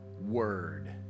word